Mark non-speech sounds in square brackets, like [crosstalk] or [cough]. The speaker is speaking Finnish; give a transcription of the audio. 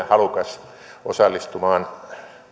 [unintelligible] halukas osallistumaan